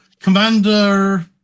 Commander